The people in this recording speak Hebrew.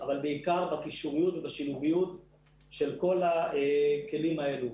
אבל בעיקר בקישוריות ובשילוביות של כל הכלים האלה.